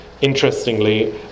interestingly